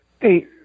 Hey